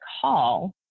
call